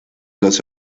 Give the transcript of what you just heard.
los